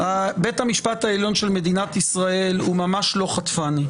בית המשפט העליון של מדינת ישראל הוא ממש לא חטפני,